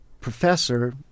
professor